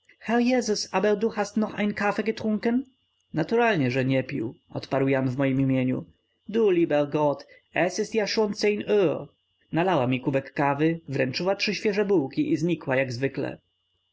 jess aber du hast noch kein kaffee getrunken naturalnie że nie pił odparł jan w mojem imieniu du lieber gott es ist ja schon zehn uhr nalała mi kubek kawy wręczyła trzy świeże bułki i znikła jak zwykle